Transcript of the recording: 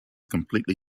completely